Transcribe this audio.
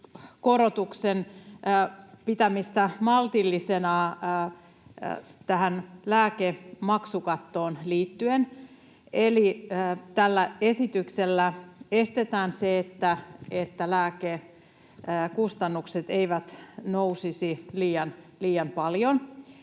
indeksikorotuksen pitämistä maltillisena tähän lääkemaksukattoon liittyen eli tällä esityksellä estetään se, että lääkekustannukset eivät nousisi liian paljon.